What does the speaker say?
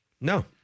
No